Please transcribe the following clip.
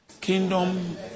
kingdom